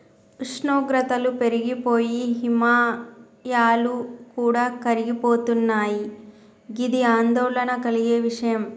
ఉష్ణోగ్రతలు పెరిగి పోయి హిమాయాలు కూడా కరిగిపోతున్నయి గిది ఆందోళన కలిగే విషయం